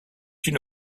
une